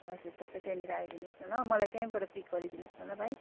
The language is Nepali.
हजुर तपाईँ त्यहाँनिर आइदिनुहोस् न ल मलाई त्यहीँबाट पिक गरिदिनुहोस् न ल भाइ